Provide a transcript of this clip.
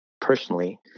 personally